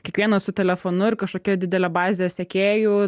kiekvienas su telefonu ir kažkokia didelė baze sekėju